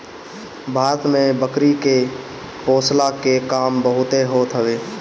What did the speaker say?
भारत में बकरी के पोषला के काम बहुते होत हवे